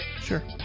Sure